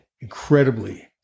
incredibly